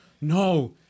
no